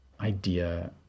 idea